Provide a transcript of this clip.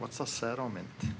what's a settlement